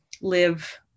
live